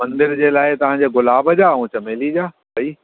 मंदिर जे लाइ तव्हांजे गुलाब जा ऐं चमेली जा ॿई